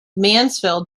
mansfield